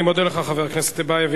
אני מודה לך, חבר הכנסת טיבייב.